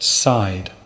side